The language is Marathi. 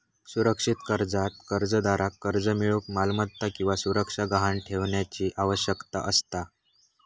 सुरक्षित कर्जात कर्जदाराक कर्ज मिळूक मालमत्ता किंवा सुरक्षा गहाण ठेवण्याची आवश्यकता असता